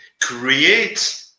create